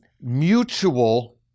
mutual